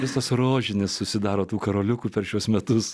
visas rožinis susidaro tų karoliukų per šiuos metus